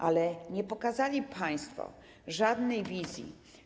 Ale nie pokazali państwo żadnej wizji.